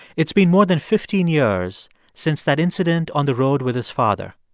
it's been more than fifteen years since that incident on the road with his father.